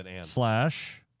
slash